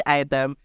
item